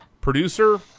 Producer